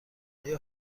آیا